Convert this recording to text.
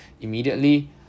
immediately